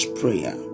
prayer